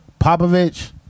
Popovich